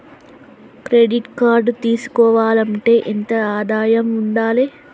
Credit card తీసుకోవాలంటే ఎంత ఆదాయం ఉండాలే?